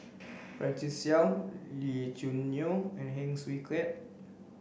Francis Seow Lee Choo Neo and Heng Swee Keat